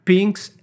Pinks